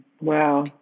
Wow